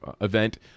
event